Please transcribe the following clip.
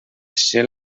ser